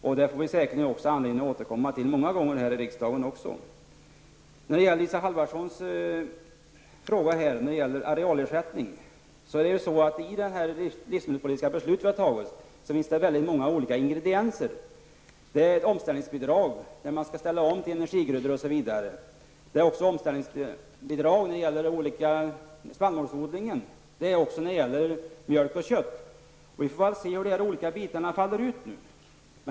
Vi får säkert anledning att återkomma till det många gånger här i riksdagen. Isa Halvarsson tog upp frågan om arealersättning. I det livsmedelspolitiska beslut som vi har fattat finns många olika ingredienser. Man kan få omställningsbidrag när man skall ställa om till energigrödor osv. Det finns också omställningsbidrag för spannmålsodling, mjölk och kött. Vi får se hur dessa olika bitar faller ut nu.